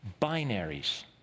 binaries